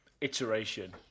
iteration